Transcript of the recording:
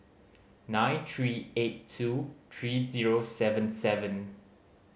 nine three eight two three zero seven seven